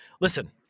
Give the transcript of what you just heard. Listen